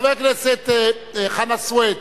חבר הכנסת חנא סוייד,